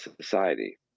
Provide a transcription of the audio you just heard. society